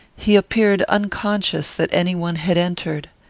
he appeared unconscious that any one had entered.